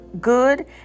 good